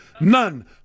None